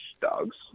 dogs